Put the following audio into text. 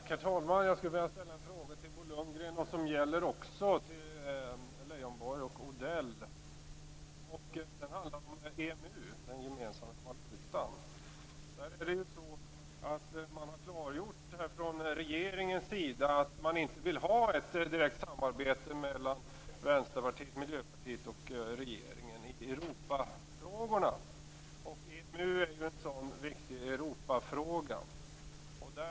Herr talman! Jag vill ställa en fråga till Bo Lundgren, men som också gäller Leijonborg och Odell. Den handlar om EMU - den gemensamma valutan. Man har från regeringens sida klargjort att man inte vill ha ett direkt samarbete mellan Vänsterpartiet, är en sådan viktig Europafråga.